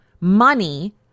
money